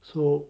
so